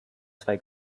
zwei